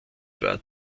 war